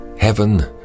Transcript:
heaven